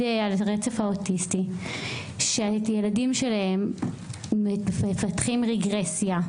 על רצף האוטיסטי שהילדים שלהם מפתחים רגרסיה,